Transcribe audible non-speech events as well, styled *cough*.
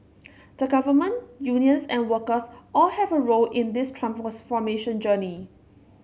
the government unions and workers all have a role in this *unintelligible* journey